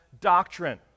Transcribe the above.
doctrine